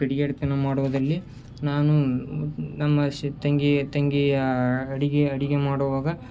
ಕಿಡಿಗೇಡಿತನ ಮಾಡೋದರಲ್ಲಿ ನಾನು ನಮ್ಮ ಶ್ ತಂಗಿ ತಂಗಿಯ ಅಡುಗೆ ಅಡುಗೆ ಮಾಡುವಾಗ